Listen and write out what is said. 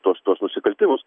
tuos tuos nusikaltimus